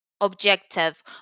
objective